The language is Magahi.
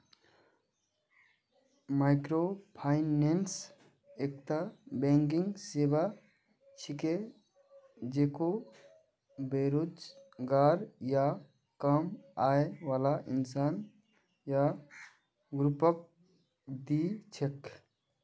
माइक्रोफाइनेंस एकता बैंकिंग सेवा छिके जेको बेरोजगार या कम आय बाला इंसान या ग्रुपक दी छेक